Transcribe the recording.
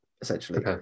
essentially